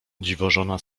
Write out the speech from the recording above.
dziwożona